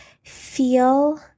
Feel